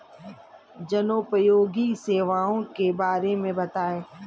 जनोपयोगी सेवाओं के बारे में बताएँ?